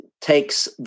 takes